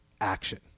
action